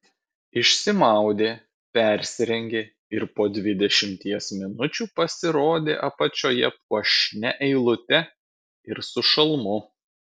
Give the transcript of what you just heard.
išsimaudė persirengė ir po dvidešimties minučių pasirodė apačioje puošnia eilute ir su šalmu